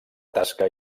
tasca